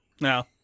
No